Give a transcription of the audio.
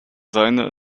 seine